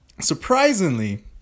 surprisingly